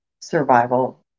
survival